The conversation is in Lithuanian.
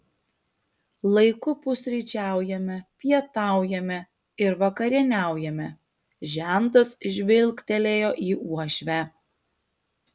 laiku pusryčiaujame pietaujame ir vakarieniaujame žentas žvilgtelėjo į uošvę